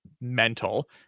mental